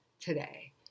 today